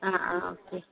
ആ ആ ഓക്കേ